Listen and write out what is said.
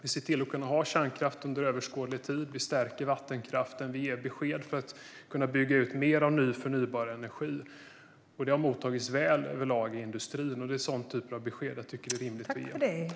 Vi ser till att kunna ha kärnkraft under överskådlig tid, och vi stärker vattenkraften och ger besked för att kunna bygga ut mer när det gäller förnybar energi. Detta har överlag mottagits väl i industrin, och det är den typen av besked jag tycker att det är rimligt att ge.